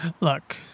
Look